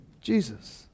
Jesus